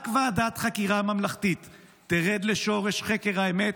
רק ועדת חקירה ממלכתית תרד לשורש חקר האמת